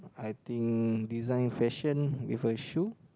I think design fashion with her shoe